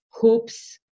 hoops